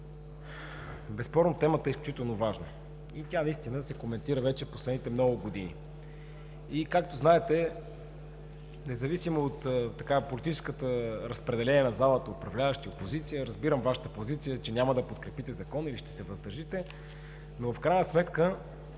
Безспорно темата е изключително важна и тя наистина много се коментира през последните години. Както знаете, независимо от политическото разпределение на залата – управляващи, опозиция, разбирам Вашата позиция, че няма да подкрепите Закона и ще се въздържите, но в крайна сметка